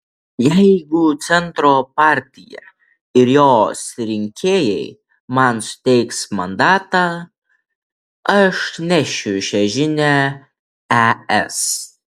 jeigu centro partija ir jos rinkėjai man suteiks mandatą aš nešiu šią žinią es